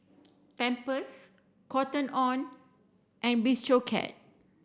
Pampers Cotton On and Bistro Cat